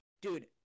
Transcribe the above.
dude